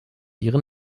ihren